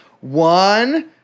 One